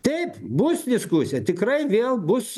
taip bus diskusija tikrai vėl bus